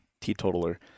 teetotaler